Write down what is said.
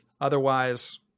Otherwise